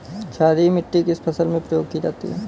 क्षारीय मिट्टी किस फसल में प्रयोग की जाती है?